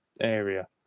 area